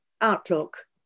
outlook